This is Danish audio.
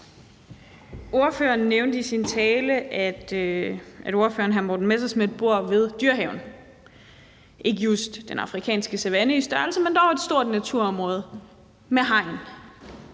Ordføreren nævnte i sin tale, at ordføreren, hr. Morten Messerschmidt, bor ved Dyrehaven. Det er ikke just den afrikanske savanne i størrelse, men dog et stort naturområde med hegn